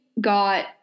got